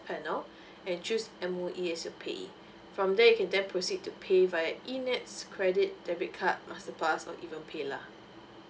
panel and choose M_O_E as your payee from there you can then proceed to pay via e nets credit debit card masterpass or even paylah